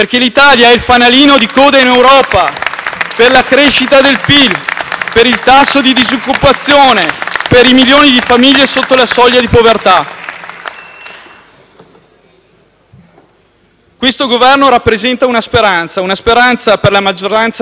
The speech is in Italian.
Questo Governo rappresenta una speranza per la maggioranza degli italiani e non intendiamo e non vogliamo deluderli. Vogliamo dimostrare che si può essere orgogliosamente europei, senza essere schiavi di un sistema perverso che schiaccia senza scrupoli i più deboli.